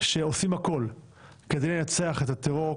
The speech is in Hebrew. שעושים הכול כדי לנצח את הטרור,